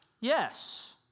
Yes